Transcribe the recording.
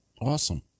Awesome